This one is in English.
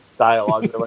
dialogue